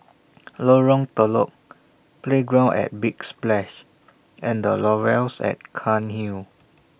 Lorong Telok Playground At Big Splash and The Laurels At Cairnhill